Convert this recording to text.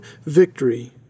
victory